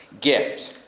gift